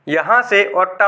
सहमत